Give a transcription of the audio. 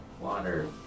water